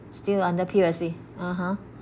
still under P_O_S_B (uh huh)